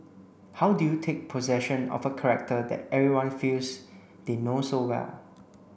how do you take possession of a character that everyone feels they know so well